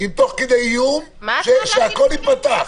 תוך כדי איום שהכול ייפתח.